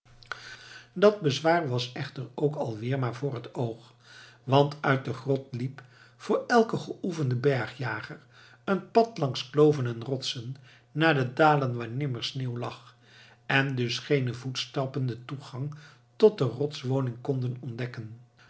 dat bezwaar was echter ook alweer maar voor het oog want uit de grot liep voor elken geoefenden bergjager een pad langs kloven en rotsen naar de dalen waar nimmer sneeuw lag en dus geene voetstappen den toegang tot de rotswoning konden ontdekken